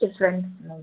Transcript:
difference ഒന്നും ഇല്ല